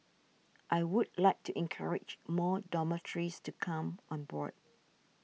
I would like to encourage more dormitories to come on board